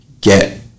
get